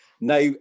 Now